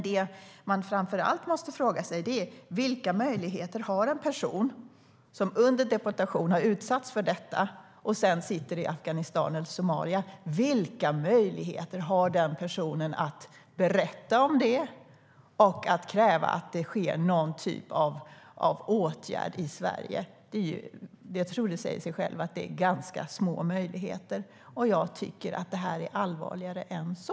Det man framför allt måste fråga sig är: Vilka möjligheter har en person som under deportation har utsatts för detta, och som sedan sitter i Afghanistan eller Somalia, att berätta om det och kräva att det sker någon typ av åtgärd i Sverige? Det säger sig självt att de har ganska små möjligheter. Jag tycker att det här är allvarligare än så.